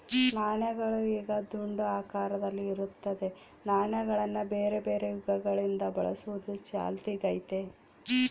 ನಾಣ್ಯಗಳು ಈಗ ದುಂಡು ಆಕಾರದಲ್ಲಿ ಇರುತ್ತದೆ, ನಾಣ್ಯಗಳನ್ನ ಬೇರೆಬೇರೆ ಯುಗಗಳಿಂದ ಬಳಸುವುದು ಚಾಲ್ತಿಗೈತೆ